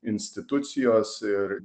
institucijos ir